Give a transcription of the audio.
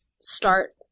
start